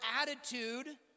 attitude